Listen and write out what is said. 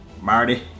Marty